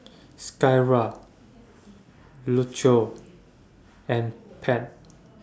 Skyla Lucio and Pate